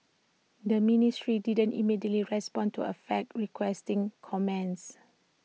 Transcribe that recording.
the ministry didn't immediately respond to A fax requesting comments